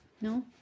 No